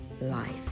life